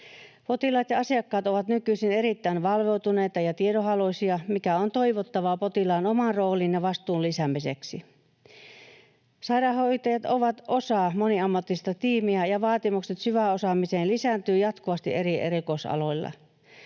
Potilaat ja asiakkaat ovat nykyisin erittäin valveutuneita ja tiedonhaluisia, mikä on toivottavaa potilaan oman roolin ja vastuun lisäämiseksi. Sairaanhoitajat ovat osa moniammatillista tiimiä, ja vaatimukset syväosaamiseen lisääntyvät jatkuvasti eri erikoisaloilla.